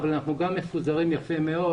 אבל אנחנו גם מסודרים יפה מאוד